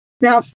Now